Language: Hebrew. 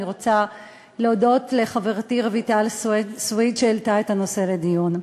אני רוצה להודות לחברתי רויטל סויד שהעלתה את הנושא לדיון.